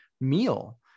meal